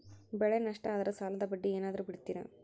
ಬೆಳೆ ನಷ್ಟ ಆದ್ರ ಸಾಲದ ಬಡ್ಡಿ ಏನಾದ್ರು ಬಿಡ್ತಿರಾ?